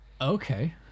okay